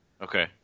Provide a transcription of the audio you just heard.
Okay